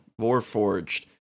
Warforged